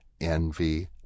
envy